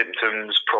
symptoms